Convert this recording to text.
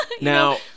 now